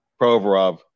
Provorov